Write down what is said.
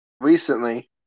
recently